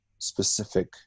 specific